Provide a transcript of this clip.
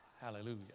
Hallelujah